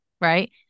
right